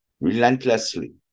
relentlessly